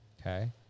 Okay